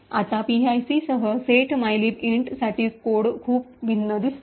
आता पीआयसी सह सेट मायलिब इंट साठी कोड खूप भिन्न दिसतो